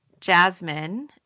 Jasmine